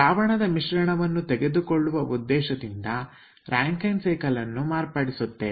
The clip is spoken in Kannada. ದ್ರಾವಣದ ಮಿಶ್ರಣವನ್ನು ತೆಗೆದುಕೊಳ್ಳುವ ಉದ್ದೇಶದಿಂದ ರಾಂಕೖೆನ್ ಸೈಕಲ್ ಅನ್ನು ಮಾರ್ಪಡಿಸುತ್ತೇವೆ